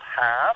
half